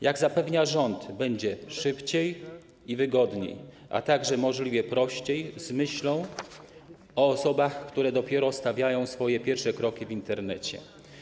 Jak zapewnia rząd, będzie szybciej i wygodniej, a także możliwie prościej, z myślą o osobach, które dopiero stawiają swoje pierwsze kroki w Internecie.